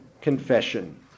confession